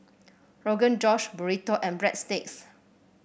Rogan Josh Burrito and Breadsticks